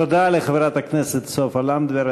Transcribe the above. תודה לחברת הכנסת סופה לנדבר.